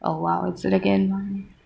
oh !wow! what's it again